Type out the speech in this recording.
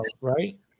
right